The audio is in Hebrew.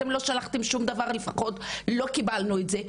אתן לא שלחתן שום דבר לפחות לא קיבלנו את זה.